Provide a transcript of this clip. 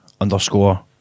underscore